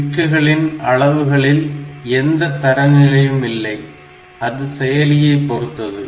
பிட்டுகளின் அளவுகளில் எந்த தரநிலையும் இல்லை அது செயலியை பொறுத்தது